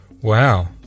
Wow